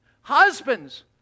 Husbands